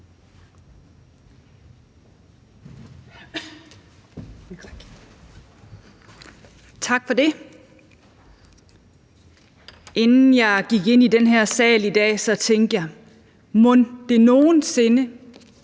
Tak for det. Inden jeg gik ind i den her sal i dag, tænkte jeg: Mon det nogen sinde